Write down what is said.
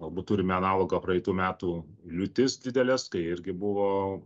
galbūt turime analogą praeitų metų liūtis didelės kai irgi buvo